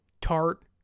Tart